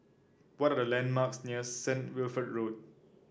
what are the landmarks near St Wilfred Road